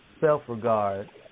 self-regard